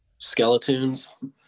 Skeletoons